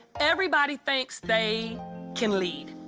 everybody thinks they can lead,